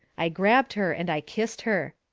i grabbed her and i kissed her.